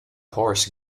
horse